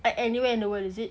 like anywhere in the world is it